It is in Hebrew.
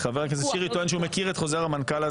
סביר שכדי להימנע משחיתות היה המון שכל בחוק הקיים?